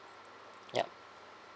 ya